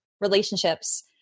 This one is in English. relationships